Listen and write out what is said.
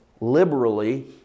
Liberally